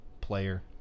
player